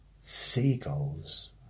seagulls